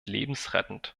lebensrettend